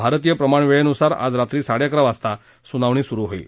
भारतीय प्रमाणवेळेनुसार आज रात्री साडेअकरा वाजता सुनावणी सुरु होईल